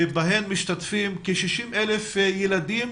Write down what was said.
שבהן משתתפים כ-60,000 ילדים